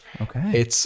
Okay